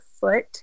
foot